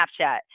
Snapchat